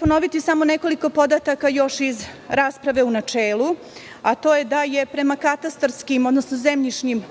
Ponoviću samo nekoliko podataka još iz rasprave u načelu, a to je da je prema katastarskim, odnosno zemljišnim